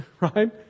right